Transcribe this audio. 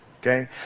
Okay